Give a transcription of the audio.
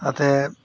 তাতে